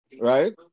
Right